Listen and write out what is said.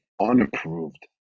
unapproved